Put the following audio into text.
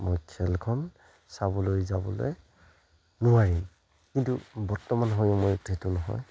মই খেলখন চাবলৈ যাবলৈ নোৱাৰিম কিন্তু বৰ্তমান সময়ত সেইটো নহয়